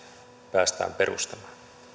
päästään perustamaan